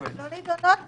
הן לא נידונות בכלל,